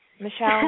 Michelle